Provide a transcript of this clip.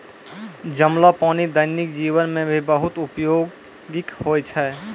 जमलो पानी दैनिक जीवन मे भी बहुत उपयोगि होय छै